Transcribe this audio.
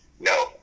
No